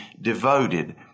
devoted